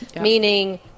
meaning